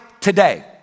today